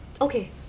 Okay